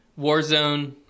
Warzone